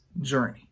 journey